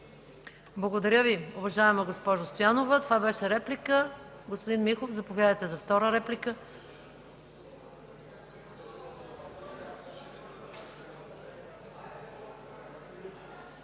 Благодаря Ви, уважаема госпожо Стоянова. Това беше реплика. Господин Михов, заповядайте за втора реплика.